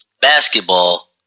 basketball